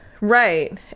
Right